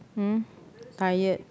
um tired